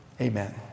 Amen